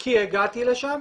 כי הגעתי לשם,